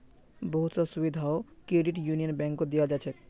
बहुत स सुविधाओ क्रेडिट यूनियन बैंकत दीयाल जा छेक